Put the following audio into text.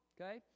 okay